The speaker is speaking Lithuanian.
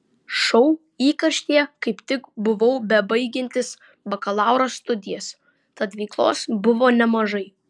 šou įkarštyje kaip tik buvau bebaigiantis bakalauro studijas tad veiklos buvo nemažai